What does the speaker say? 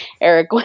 Eric